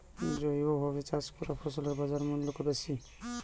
জৈবভাবে চাষ করা ফসলের বাজারমূল্য বেশি